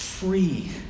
Free